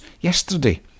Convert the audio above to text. yesterday